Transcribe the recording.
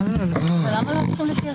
אבל למה לא הולכים לפי הסדר?